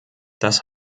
das